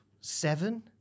seven